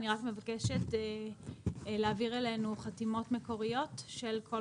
אני רק מבקשת להעביר אלינו חתימות מקוריות של כל